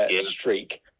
streak